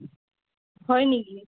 হয় নেকি